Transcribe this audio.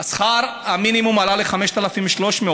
שכר המינימום עלה ל-5,300,